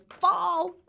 fall